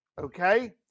Okay